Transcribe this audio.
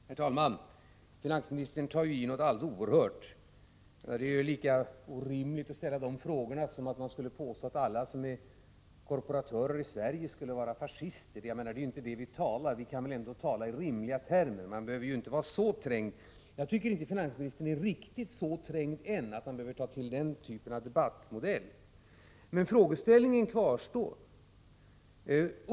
Herr talman! Finansministern tar i alldeles oerhört mycket. Att ställa sådana frågor som han ställer är lika orimligt som att påstå att alla korporatörer i Sverige skulle vara fascister. Men det är ju inte det vi talar om. Vi kan väl ändå tala i rimliga termer. Det finns ingen anledning att känna sig så trängd. Jag tycker således att finansministern inte är riktigt så trängd ännu att han behöver ta till den typen av debatt. Frågeställningen kvarstår emellertid.